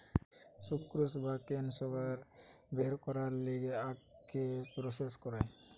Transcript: sucrose বা cane sugar বের করবার লিগে আখকে প্রসেস করায়